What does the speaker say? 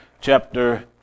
chapter